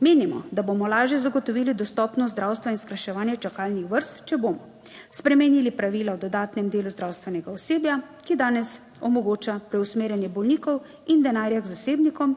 Menimo, da bomo lažje zagotovili dostopnost zdravstva in skrajševanje čakalnih vrst, če bomo spremenili pravila o dodatnem delu zdravstvenega osebja, ki danes omogoča preusmerjanje bolnikov in **59. TRAK: (NB) - 13.50** (nadaljevanje) denarja k zasebnikom.